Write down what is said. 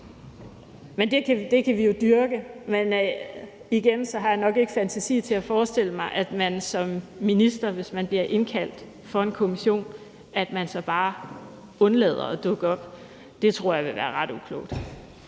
men det kan vi jo dyrke. Men igen har jeg nok ikke fantasi til at forestille mig, at man som minister, hvis man bliver indkaldt af en kommission, så bare undlader at dukke op. Det tror jeg vil være ret uklogt.